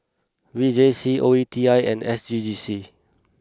V J C O E T I and S G G C